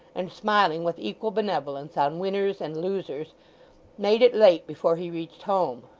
and smiling with equal benevolence on winners and losers made it late before he reached home.